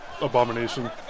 abomination